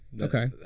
okay